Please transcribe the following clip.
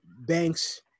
banks